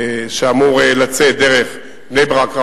שאמור לעבור דרך בני-ברק,